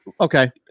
Okay